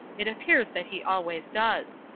it appears that he always does.